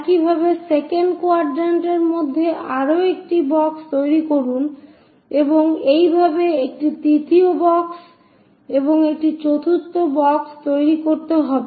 একইভাবে second quadrant এর মধ্যে আরও একটি বাক্স তৈরি করুন এবং একইভাবে একটি তৃতীয় বাক্স এবং একটি চতুর্থ বাক্স তৈরী করতে হবে